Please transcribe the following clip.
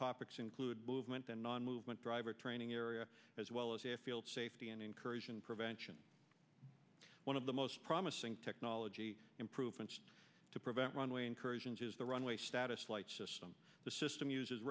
topics include movement and non movement driver training area as well as a field safety and incursion prevention one of the most promising technology improvements to prevent runway incursions is the runway status lights system the system uses